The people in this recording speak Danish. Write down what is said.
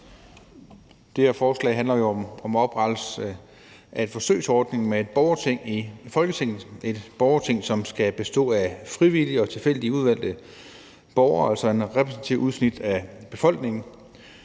Det her forslag handler jo om oprettelse af en forsøgsordning med et borgerting i Folketinget, et borgerting, som skal bestå af frivillige og tilfældigt udvalgte borgere, altså et repræsentativt udsnit af befolkningen.